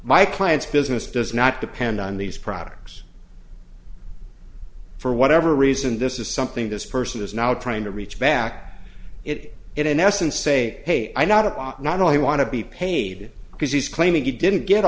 my client's business does not depend on these products for whatever reason this is something this person is now trying to reach back it it in essence say hey i'm not a bot not only want to be paid because he's claiming he didn't get